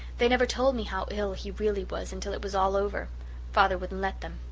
they never told me how ill he really was until it was all over father wouldn't let them.